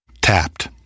Tapped